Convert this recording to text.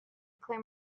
clear